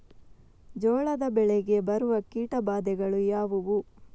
ಜೋಳದ ಬೆಳೆಗೆ ಬರುವ ಕೀಟಬಾಧೆಗಳು ಯಾವುವು?